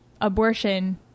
abortion